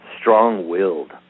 strong-willed